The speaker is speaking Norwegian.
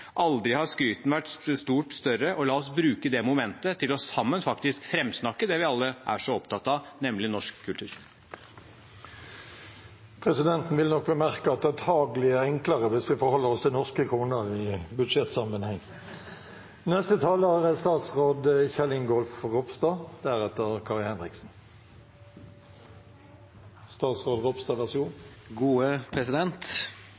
Aldri har de negative oppslagene vært færre. Sjelden har skrytet vært større. La oss bruke det momentet til sammen å framsnakke det vi alle er så opptatt av, nemlig norsk kultur. Presidenten vil nok bemerke at det antakelig er enklere hvis vi forholder oss til norske kroner i budsjettsammenheng. Regjeringa er